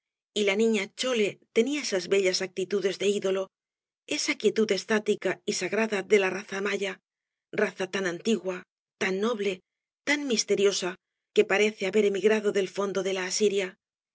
y la niña chole tenía esas bellas actitudes de ídolo esa quietud estática y sagrada de la raza maya raza tan antigua tan noble tan misteriosa que parece haber emigrado del fondo de la asiria